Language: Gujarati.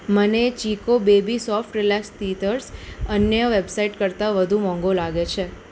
મને Chicco baby soft relax teethers અન્ય વેબસાઈટ કરતાં વધુ મોંઘુ લાગે છે